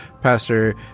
Pastor